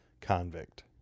convict